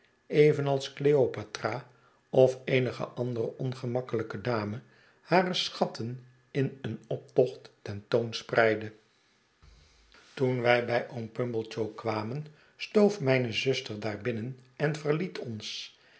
evenals cleopatra of eenige andere ongemakkelijke dame hare schatten in een optocht ten toon spreidde toen wij bij oom pumblechook kwamen stoof mijne zuster daar binnen en verliet ons